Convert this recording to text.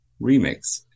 remix